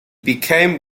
became